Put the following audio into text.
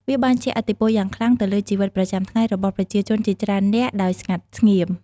វាបានជះឥទ្ធិពលយ៉ាងខ្លាំងទៅលើជីវិតប្រចាំថ្ងៃរបស់ប្រជាជនជាច្រើននាក់ដោយស្ងាត់ស្ងៀម។